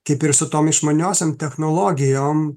kaip ir su tom išmaniosiom technologijom